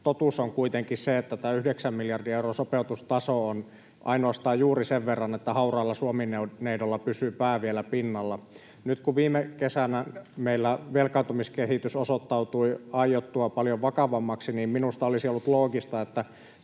Totuus on kuitenkin se, että tämä yhdeksän miljardin euron sopeutustaso on ainoastaan juuri sen verran, että hauraalla Suomi-neidolla pysyy pää vielä pinnalla. Nyt kun viime kesänä meillä velkaantumiskehitys osoittautui aiottua paljon vakavammaksi, niin minusta olisi ollut loogista, että